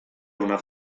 una